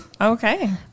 Okay